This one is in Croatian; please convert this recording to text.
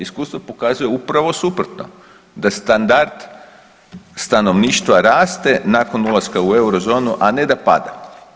Iskustvo pokazuje upravo suprotno, da standard stanovništva raste nakon ulaska u Eurozonu, a ne da pada.